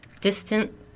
distant